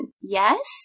Yes